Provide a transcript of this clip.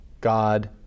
God